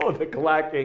ah the clacking,